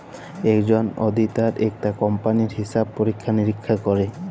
একজল অডিটার একটা কম্পালির হিসাব পরীক্ষা লিরীক্ষা ক্যরে